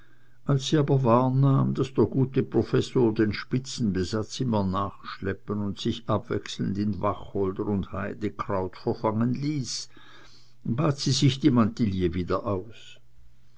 daß der gute professor den spitzenbesatz immer nachschleppen und sich abwechselnd in wacholder und heidekraut verfangen ließ bat sie sich die mantille wieder aus